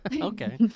okay